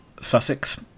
Sussex